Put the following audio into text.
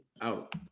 out